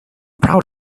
proud